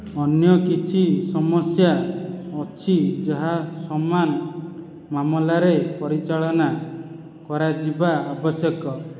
ଅନ୍ୟ କିଛି ସମସ୍ୟା ଅଛି ଯାହା ସମାନ ମାମଲାରେ ପରିଚାଳନା କରାଯିବା ଆବଶ୍ୟକ